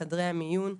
לחדרי המיון,